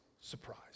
surprise